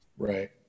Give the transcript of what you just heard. Right